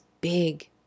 big